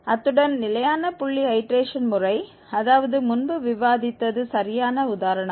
அத்துடன் நிலையான புள்ளி ஐடேரேஷன் முறை அதாவது முன்பு விவாதித்தது சரியான உதாரணம்